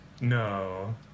No